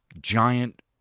giant